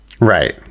Right